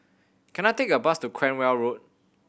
can I take a bus to Cranwell Road